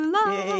Love